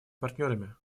партнерами